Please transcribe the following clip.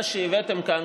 שההצעה שהבאתם כאן,